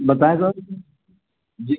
बताएँ सर जी